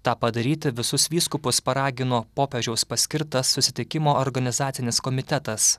tą padaryti visus vyskupus paragino popiežiaus paskirtas susitikimo organizacinis komitetas